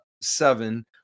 seven